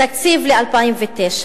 תקציב ל-2009,